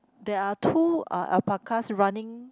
there are two alpacas running